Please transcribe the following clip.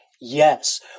Yes